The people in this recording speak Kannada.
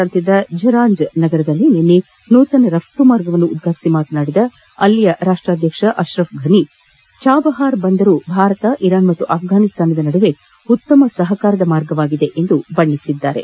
ಪ್ರಾಂತ್ಯದ ಝರಾಂಜ್ ನಗರದಲ್ಲಿ ನಿನ್ನೆ ನೂತನ ರಫ್ತು ಮಾರ್ಗವನ್ನು ಉದ್ಘಾಟಿಸಿ ಮಾತನಾಡಿದ ಅಧ್ಯಕ್ಷ ಅಶ್ರಫ್ ಫನಿ ಚಾಬಹಾರ್ ಬಂದರು ಭಾರತ ಇರಾನ್ ಮತ್ತು ಆಫ್ಘಾನಿಸ್ತಾನ ನಡುವೆ ಉತ್ತಮ ಸಹಕಾರದ ಮಾರ್ಗವಾಗಿದೆ ಎಂದು ಬಣ್ಣಿಸಿದರು